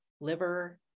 liver